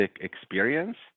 experience